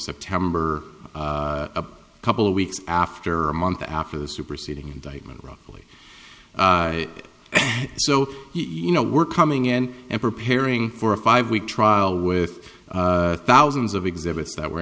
september a couple weeks after a month after the superseding indictment roughly so you know we're coming in and preparing for a five week trial with thousands of exhibits that were